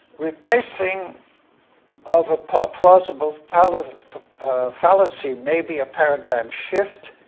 replacing of a plausible fallacy fallacy may be a paradigm shift,